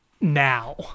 now